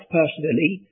personally